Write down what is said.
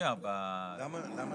למה